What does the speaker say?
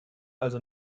also